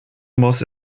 muss